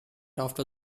after